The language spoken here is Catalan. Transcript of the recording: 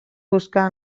buscar